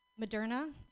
Moderna